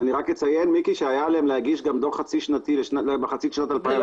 רק אציין שהיה עליהם להגיש דוח חצי שנתי למחצית שנת 2020,